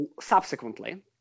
subsequently